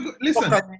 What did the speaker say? Listen